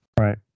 Right